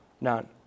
None